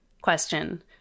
question